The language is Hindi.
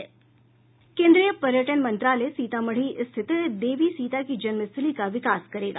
केन्द्रीय पर्यटन मंत्रालय सीतामढ़ी स्थित देवी सीता की जन्म स्थली का विकास करेगा